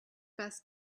best